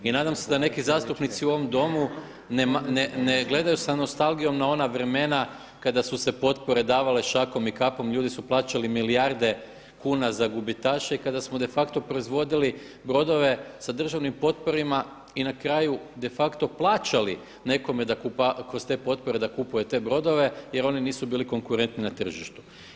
I nadam se da neki zastupnici u ovom domu ne gledaju sa nostalgijom na ona vremena kada su se potpore davale šakom i kapom, ljudi su plaćali milijarde kuna za gubitaše i kada smo de facto proizvodili brodove sa državnim potporama i na kraju defacto plaćali nekome kroz te potpore da kupuje te brodove jer oni nisu bili konkurentni na tržištu.